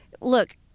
Look